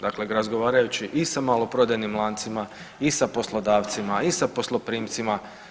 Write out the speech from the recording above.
Dakle, razgovarajući i sa maloprodajnim lancima i sa poslodavcima i sa posloprimcima.